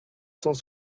cent